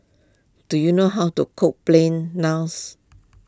do you know how to cook Plain Naans